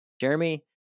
Jeremy